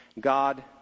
God